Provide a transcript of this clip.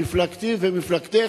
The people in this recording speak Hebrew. מפלגתי ומפלגתך,